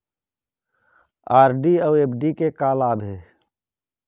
RD अऊ FD के का लाभ हे?